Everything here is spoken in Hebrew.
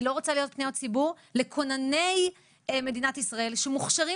אני לא רוצה להיות פניות ציבור לכונני מדינת ישראל שמוכשרים